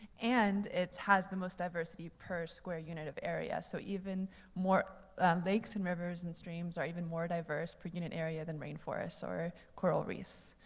and it has the most diversity per square unit of area. so even more lakes and rivers and streams are even more diverse per unit area than rainforests or coral reefs.